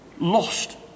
lost